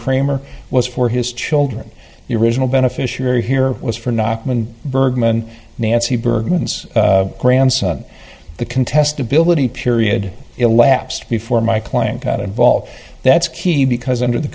cramer was for his children the original beneficiary here was for naaman bergman nancy bergman's grandson the contestability period elapsed before my client got involved that's key because under the